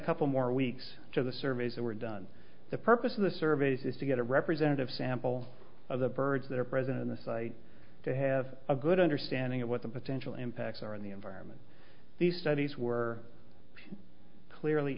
couple more weeks to the surveys that were done the purpose of the surveys is to get a representative sample of the birds that are present in the site to have a good understanding of what the potential impacts are in the environment the studies were clearly